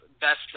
best